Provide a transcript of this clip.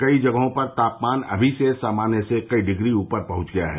कई जगहों पर तापमान अभी से सामान्य से कई डिग्री ऊपर पहुंच गया है